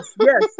yes